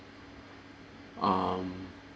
um